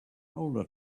older